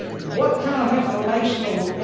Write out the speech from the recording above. what kind of informational